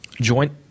joint